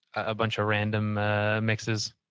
a bunch of random ah mixes.